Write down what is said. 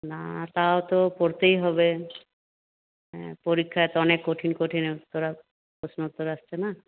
না তাও তো পড়তেই হবে পরীক্ষায় তো অনেক কঠিন কঠিন উত্তর প্রশ্ন উত্তর আসছে না